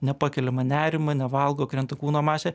nepakeliamą nerimą nevalgo krenta kūno masė